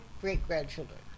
great-grandchildren